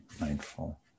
mindful